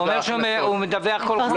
הוא אומר שהוא מדווח בכל חודש.